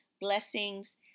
blessings